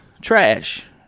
trash